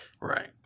right